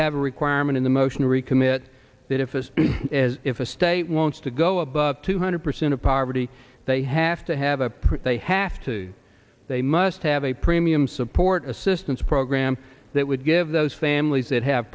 have a requirement in the motion to recommit that if this is if a state wants to go above two hundred percent of poverty they have to have a proof they have to they must have a premium support assistance program that would give those families that have